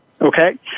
okay